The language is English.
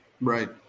Right